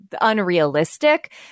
unrealistic